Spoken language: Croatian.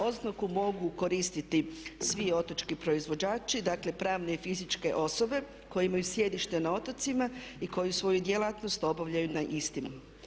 Oznaku mogu koristiti svi otočki proizvođači, dakle pravne i fizičke osobe koje imaju sjedište na otocima i koji svoju djelatnost obavljaju na istim.